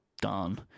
done